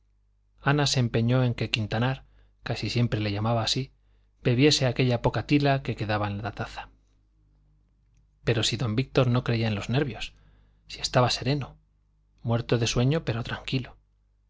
ana se empeñó en que quintanar casi siempre le llamaba así bebiese aquella poca tila que quedaba en la taza pero si don víctor no creía en los nervios si estaba sereno muerto de sueño pero tranquilo